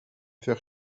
faire